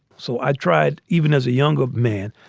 so i tried even as a younger man,